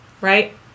right